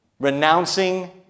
renouncing